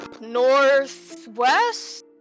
Northwest